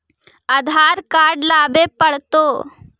आधार card लाबे पड़तै?